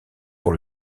pour